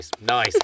nice